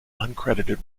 uncredited